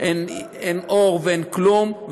אין אור ואין כלום,